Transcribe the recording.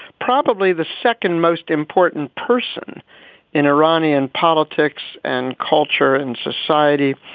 probably the second most important person in iranian politics and culture and society.